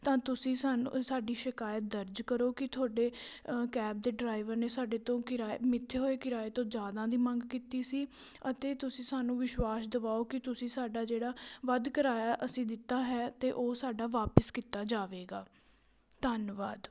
ਤਾਂ ਤੁਸੀਂ ਸਾਨੂੰ ਸਾਡੀ ਸ਼ਿਕਾਇਤ ਦਰਜ ਕਰੋ ਕਿ ਤੁਹਾਡੇ ਕੈਬ ਦੇ ਡਰਾਈਵਰ ਨੇ ਸਾਡੇ ਤੋਂ ਕਿਰਾਏ ਮਿੱਥੇ ਹੋਏ ਕਿਰਾਏ ਤੋਂ ਜ਼ਿਆਦਾ ਦੀ ਮੰਗ ਕੀਤੀ ਸੀ ਅਤੇ ਤੁਸੀਂ ਸਾਨੂੰ ਵਿਸ਼ਵਾਸ ਦਵਾਓ ਕਿ ਤੁਸੀਂ ਸਾਡਾ ਜਿਹੜਾ ਵੱਧ ਕਿਰਾਇਆ ਅਸੀਂ ਦਿੱਤਾ ਹੈ ਅਤੇ ਉਹ ਸਾਡਾ ਵਾਪਸ ਕੀਤਾ ਜਾਵੇਗਾ ਧੰਨਵਾਦ